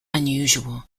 unusual